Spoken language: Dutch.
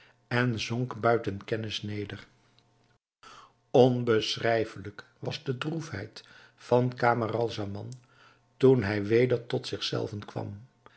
en zonk buiten kennis ter neder onbeschrijfelijk was de droefheid van camaralzaman toen hij weder tot zich zelven kwam